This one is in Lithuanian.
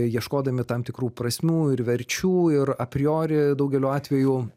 ieškodami tam tikrų prasmių ir verčių ir a priori daugeliu atvejų